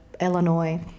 Illinois